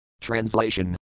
Translation